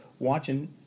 Watching